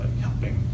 helping